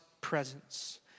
presence